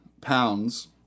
pounds